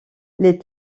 les